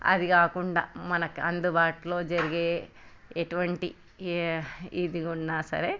అది కాకుండా మనకి అందుబాటులో జరిగే ఎటువంటి ఏ ఇదిగున్నా సరే